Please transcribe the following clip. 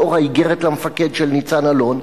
לנוכח האיגרת למפקד של ניצן אלון,